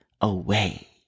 Away